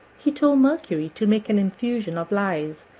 he told mercury to make an infusion of lies,